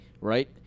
Right